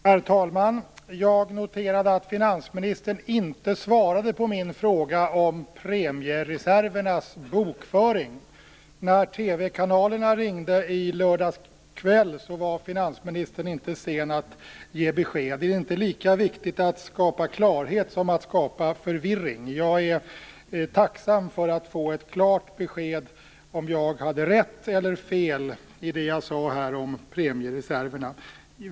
Herr talman! Jag noterade att finansministern inte svarade på min fråga om bokföringen av premiereserverna. När TV-kanalerna ringde i lördags kväll var finansministern inte sen att ge besked. Är det inte lika viktigt att skapa klarhet som att skapa förvirring? Jag är tacksam för att få ett klart besked om huruvida jag hade rätt eller fel i det som jag sade här om premiereserverna.